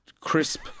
crisp